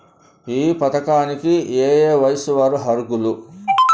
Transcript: ఈ పథకానికి ఏయే వయస్సు వారు అర్హులు?